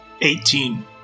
Eighteen